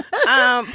oh,